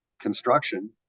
construction